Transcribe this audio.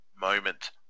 moment